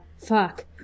fuck